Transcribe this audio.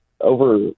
over